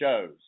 shows